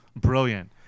brilliant